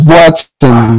Watson